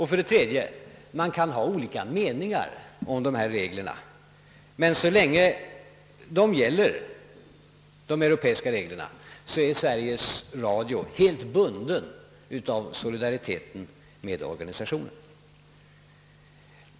För det tredje kan man ha olika meningar om de europeiska reglerna, men så länge de gäller är Sveriges Radio helt bundet av solidariteten mot organisationen.